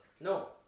no